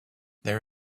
there